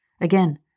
Again